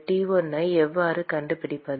T1 ஐ எவ்வாறு கண்டுபிடிப்பது